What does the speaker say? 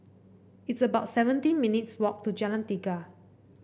it's about seventeen minutes' walk to Jalan Tiga